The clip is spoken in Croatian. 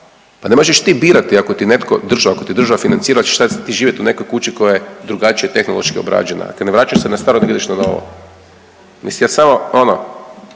pa ne možeš ti birati ako ti netko, država, ako ti država financira da ćeš sad ti živjet u nekoj kući koja je drugačije tehnološki obrađena, dakle ne vraćaš se na staro da ideš na novo. Mislim ja samo ono